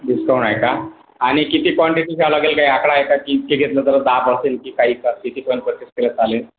discount आहे का आणि किती क्वांटिटी घ्यावं लागेल काही आकडा आहे का इतकं घेतलं तर दहा पर्सेंट किती परचेस केलं तर चालेल